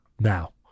now